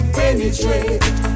penetrate